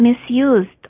misused